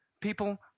People